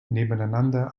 nebeneinander